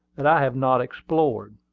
that i have not explored.